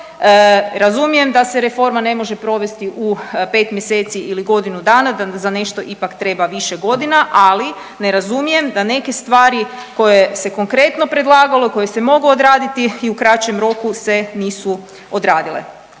razumijem da se reforma ne može provesti u 5 mjeseci ili godinu dana, da za nešto ipak treba više godina, ali ne razumijem da neke stvari koje se konkretno predlagalo, koje se moglo odraditi i u kraćem roku se nisu odradile.